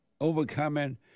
overcoming